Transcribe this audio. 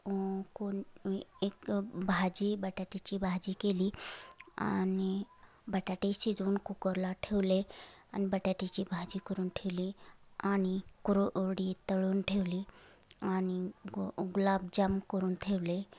कोण मी एक भाजी बटाट्याची भाजी केली आणि बटाटे शिजवून कुकरला ठेवले आणि बटाट्याची भाजी करून ठेवली आणि कुरओडी तळून ठेवली आणि ग गुलाबजाम करून ठेवले